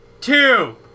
two